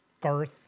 Garth